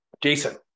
jason